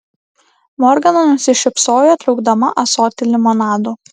morgana nusišypsojo traukdama ąsotį limonado